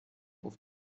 auf